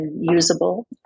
usable